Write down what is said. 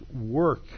work